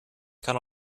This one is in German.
kann